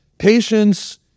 Patience